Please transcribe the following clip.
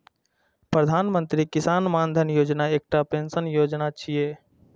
प्रधानमंत्री किसान मानधन योजना एकटा पेंशन योजना छियै